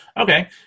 Okay